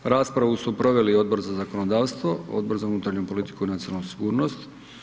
Raspravu su proveli Odbor za zakonodavstvo, Odbor za unutarnju politiku i nacionalnu sigurnost.